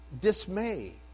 dismay